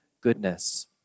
goodness